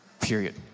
period